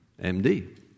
MD